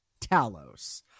Talos